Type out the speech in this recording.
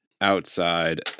Outside